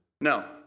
No